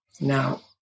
Now